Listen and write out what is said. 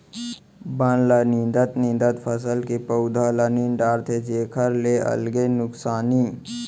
बन ल निंदत निंदत फसल के पउधा ल नींद डारथे जेखर ले अलगे नुकसानी